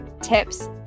tips